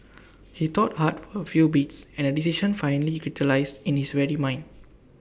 he thought hard for A few beats and A decision finally crystallised in his weary mind